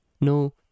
no